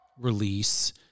release